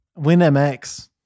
WinMX